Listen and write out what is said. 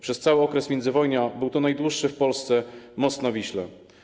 Przez cały okres międzywojnia był to najdłuższy w Polsce most na Wiśle.